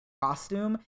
costume